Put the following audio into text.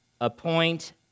appoint